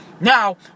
Now